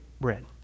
bread